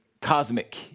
cosmic